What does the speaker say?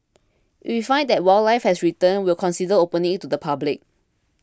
if we find that wildlife has returned we will consider opening it to the public